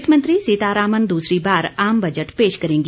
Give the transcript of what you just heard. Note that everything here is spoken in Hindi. वित्त मंत्री सीतारामन दूसरी बार आम बजट पेश करेंगी